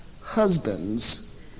husbands